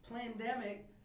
pandemic